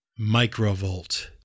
Microvolt